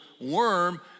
worm